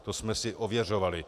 To jsme si ověřovali.